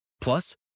Plus